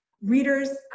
Readers